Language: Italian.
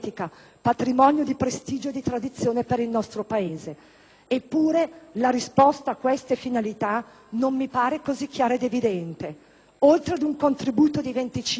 eppure, la risposta a queste finalità non mi pare così chiara ed evidente. Oltre ad un contributo di 25 milioni di euro all'UNIRE (ma con quali obiettivi?